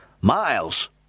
Miles